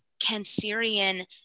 Cancerian